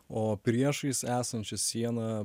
o priešais esančią sieną